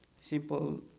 simple